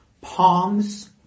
Palms